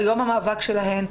כיום המאבק שלהן.